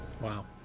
Wow